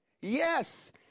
Yes